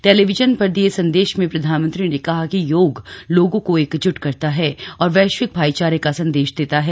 television पर दिये संदेश में प्रधानमंत्री ने कहा कि योग लोगों को एकजूट करता है और वैश्विक भाइचारे का संदेश देता है